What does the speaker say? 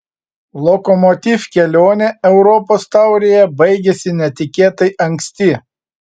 lokomotiv kelionė europos taurėje baigėsi netikėtai anksti